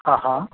हा हा